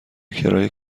کرایه